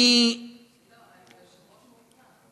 היושב-ראש מהופנט.